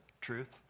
truth